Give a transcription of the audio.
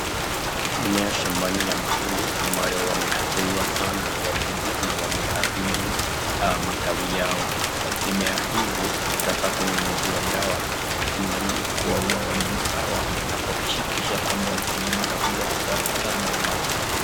Mimea shambani ya mahindi ambayo wameadhiriwa sana na wadudu na wamearibu matawi yao. Mimea hizi inataka kunyunyiziwa dawa ili kuwaua wadudu hawa na kuakikisha mkulima atafuata mawaidha .